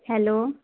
hello